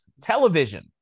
television